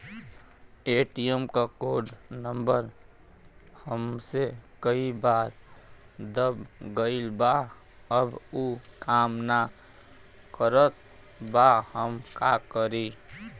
ATM क code number हमसे कई बार दब गईल बा अब उ काम ना करत बा हम का करी?